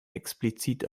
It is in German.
explizit